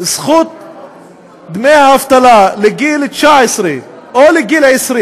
זכות דמי האבטלה לגיל 19 או לגיל 20,